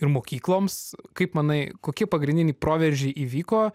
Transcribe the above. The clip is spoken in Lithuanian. ir mokykloms kaip manai kokie pagrindiniai proveržiai įvyko